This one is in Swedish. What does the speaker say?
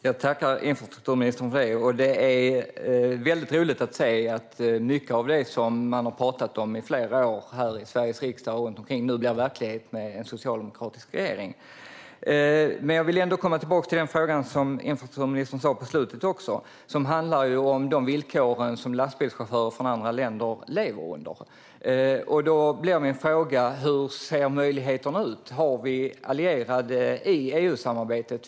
Fru talman! Jag tackar infrastrukturministern för detta. Det är väldigt roligt att se att mycket av det som man har talat om under flera år här i Sveriges riksdag och runt omkring nu blir verklighet genom en socialdemokratisk regering. Jag vill gå tillbaka till det som infrastrukturministern sa på slutet. Det handlade om de villkor som lastbilschaufförer från andra länder lever under. Hur ser möjligheterna ut? Har vi allierade i EU-samarbetet?